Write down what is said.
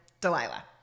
Delilah